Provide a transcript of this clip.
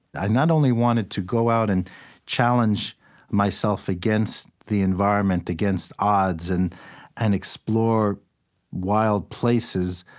ah not only wanted to go out and challenge myself against the environment, against odds, and and explore wild places,